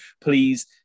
please